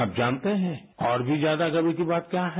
आप जानते हैं और भी ज्यादा गर्व की बात क्या है